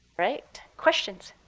right, questions?